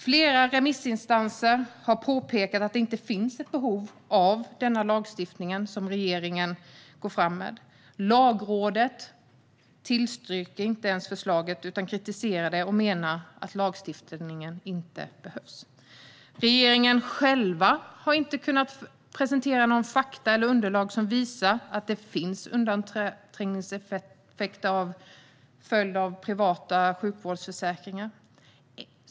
Flera remissinstanser har påpekat att det inte finns ett behov av den lagstiftning som regeringen nu går fram med. Lagrådet tillstyrker inte ens förslaget utan kritiserar det och menar att lagstiftningen inte behövs. Regeringen har inte heller kunnat presentera fakta och underlag som visar att det finns undanträngningseffekter till följd av privata sjukvårdsförsäkringar.